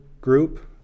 group